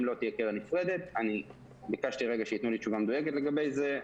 אני ביקשתי שיתנו לי תשובה מדויקת לגבי זה.